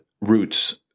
roots